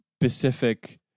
specific